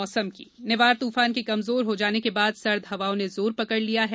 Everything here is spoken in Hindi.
मौसम निवार तूफान के कमजोर हो जाने के बाद सर्द हवाओं ने जोर पकड़ लिया है